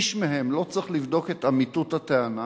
איש מהם לא צריך לבדוק את אמיתות הטענה.